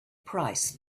price